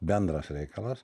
bendras reikalas